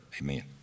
Amen